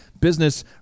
business